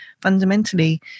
fundamentally –